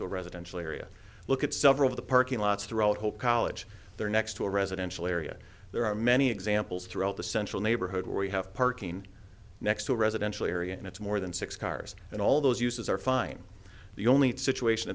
to a residential area look at several of the parking lots throughout whole college there next to a residential area there are many examples throughout the central neighborhood where you have parking next to a residential area and it's more than six cars and all those uses are fine the only situation